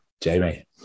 Jamie